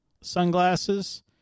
sunglasses